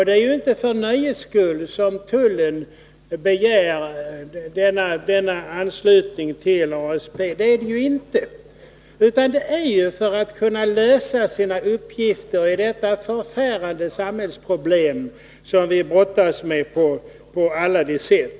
Det är inte för nöjes skull som tullen har begärt anslutning till ASP. Det är för att kunna lösa sina uppgifter i samband med det förfärande samhällsproblem som vi brottas med på alla sätt.